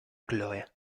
chole